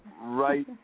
right